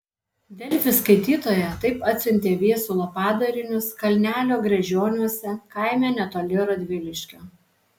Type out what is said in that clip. delfi skaitytoja taip atsiuntė viesulo padarinius kalnelio gražioniuose kaime netoli radviliškio